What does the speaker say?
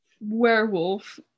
werewolf